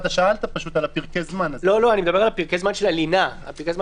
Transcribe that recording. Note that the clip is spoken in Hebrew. אני מדבר על פרקי הזמן של הלינה.